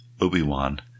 Obi-Wan